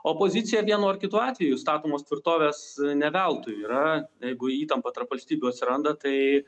opozicija vienu ar kitu atveju statomos tvirtovės ne veltui yra jeigu įtampa tarp valstybių atsiranda tai